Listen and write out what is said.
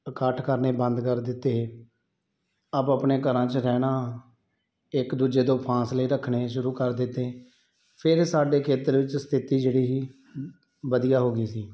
ਇਕੱਠ ਕਰਨੇ ਬੰਦ ਕਰ ਦਿੱਤੇ ਆਪੋ ਆਪਣੇ ਘਰਾਂ 'ਚ ਰਹਿਣਾ ਇੱਕ ਦੂਜੇ ਤੋਂ ਫ਼ਾਸਲੇ ਰੱਖਣੇ ਸ਼ੁਰੂ ਕਰ ਦਿੱਤੇ ਫਿਰ ਸਾਡੇ ਖੇਤਰ ਵਿੱਚ ਸਥਿਤੀ ਜਿਹੜੀ ਸੀ ਵਧੀਆ ਹੋ ਗਈ ਸੀ